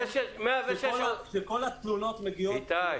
כשכל התלונות מגיעות לעירייה --- איתי,